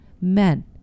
men